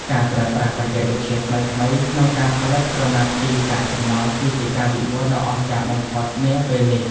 ការប្រើប្រាស់បច្ចេកវិទ្យាថ្មីៗក្នុងការផលិតក្រណាត់ពីកាកសំណល់ គឺជាការវិវត្តដ៏អស្ចារ្យបំផុតនាពេលនេះ។